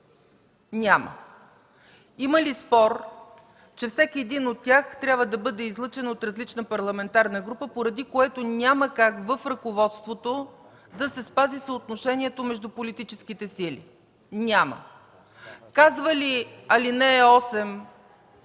Няма. Има ли спор, че всеки един от тях трябва да бъде излъчен от различна парламентарна група, поради което няма как в ръководството да се спази съотношението между политическите сили? Няма. Казва ли ал. 8,